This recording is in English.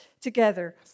together